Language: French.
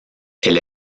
elle